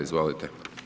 Izvolite.